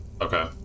Okay